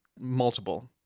Multiple